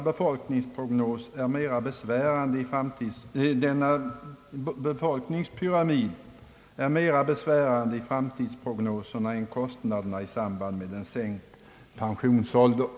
Denna befolkningspyramid är mera besvärande i fram tidsprognoserna än vad kostnaderna i samband med en sänkning av pensionsåldern är.